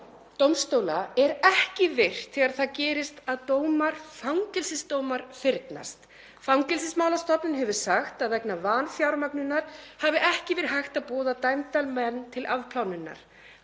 dómstóla er ekki virt þegar það gerist að fangelsisdómar fyrnast. Fangelsismálastofnun hefur sagt að vegna vanfjármögnunar hafi ekki verið hægt að boða dæmda menn til afplánunar.